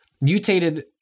mutated